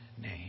name